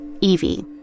Evie